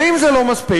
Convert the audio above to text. ואם זה לא מספיק,